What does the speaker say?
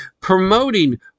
promoting